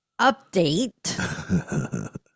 update